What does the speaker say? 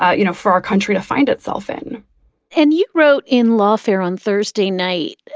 ah you know, for our country to find itself in and you wrote in lawfare on thursday night,